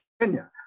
Kenya